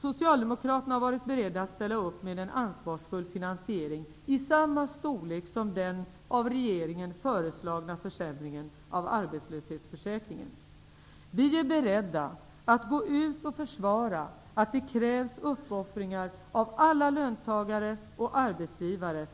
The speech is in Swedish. Socialdemokraterna har varit beredda att ställa upp med en ansvarsfull finansiering i samma storlek som den av regeringen föreslagna försämringen av arbetslöshetsförsäkringen. För att kunna pressa tillbaka arbetslösheten är vi beredda att gå ut och försvara att det krävs uppoffringar av alla löntagare och arbetsgivare.